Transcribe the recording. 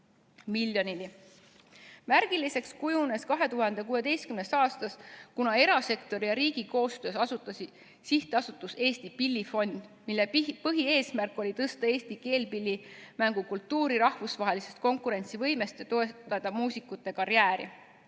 miljonini. Märgiliseks kujunes 2016. aasta, kuna erasektori ja riigi koostöös asutati SA Eesti Pillifond, mille põhieesmärk oli tõsta Eesti keelpillimängu kultuuri rahvusvahelist konkurentsivõimet ja toetada muusikute karjääri.